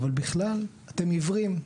אבל בכלל אתם עיוורים.